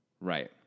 Right